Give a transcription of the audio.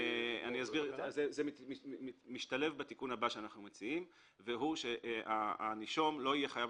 זה משתלב בתיקון הבא שאנחנו מציעים והוא שהנישום לא יהיה חייב